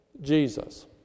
Jesus